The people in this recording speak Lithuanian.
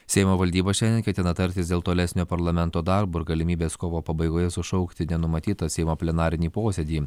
seimo valdyba šiandien ketina tartis dėl tolesnio parlamento darbo ir galimybės kovo pabaigoje sušaukti nenumatytą seimo plenarinį posėdį